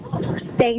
thank